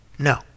No